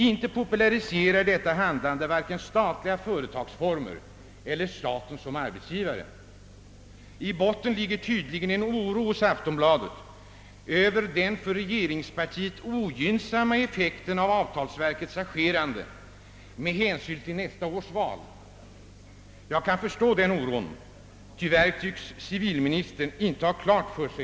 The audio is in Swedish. Inte populariserar detta handlande vare sig statliga företagsformer eller staten som arbetsgivare. I botten ligger tydligen en oro hos Aftonbladet över den för regeringspartiet ogynnsamma effekten av avtalsverkets agerande med hänsyn till nästa års val. Jag kan förstå den oron. Tyvärr tycks inte civilministern ha detta klart för sig.